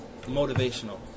motivational